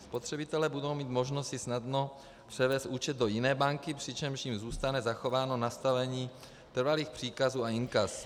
Spotřebitelé budou mít možnost si snadno převést účet do jiné banky, přičemž jim zůstane zachováno nastavení trvalých příkazů a inkas.